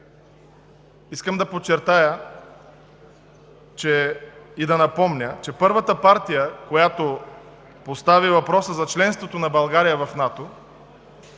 Искам да подчертая и да напомня, че първата партия, която постави въпроса за членството на България в НАТО